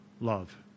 love